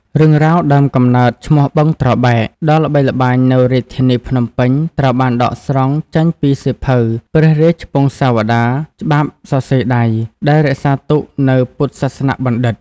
រឿងរ៉ាវដើមកំណើតឈ្មោះ "បឹងត្របែក" ដ៏ល្បីល្បាញនៅរាជធានីភ្នំពេញ ត្រូវបានដកស្រង់ចេញពីសៀវភៅ ព្រះរាជពង្សាវតារច្បាប់សរសេរដៃ ដែលរក្សាទុកនៅពុទ្ធសាសនបណ្ឌិត្យ។